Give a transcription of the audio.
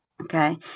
Okay